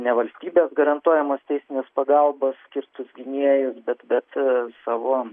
ne valstybės garantuojamos teisinės pagalbos skirtus gynėjus bet bet savo